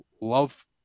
love